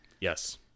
yes